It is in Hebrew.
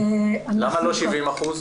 למה לא 70%?